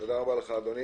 אדוני